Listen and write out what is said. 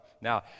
Now